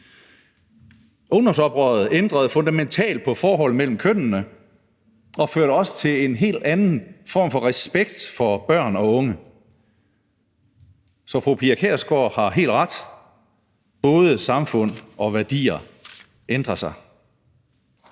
Ungdomsoprøret ændrede fundamentalt på forholdet mellem kønnene og førte også til en helt anden form for respekt for børn og unge. Så fru Pia Kjærsgaard har helt ret: Både samfund og værdier ændrer sig.